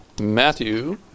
Matthew